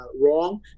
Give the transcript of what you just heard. wrong